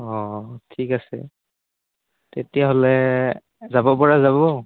অঁ অঁ ঠিক আছে তেতিয়াহ'লে যাব পৰা যাব